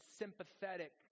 sympathetic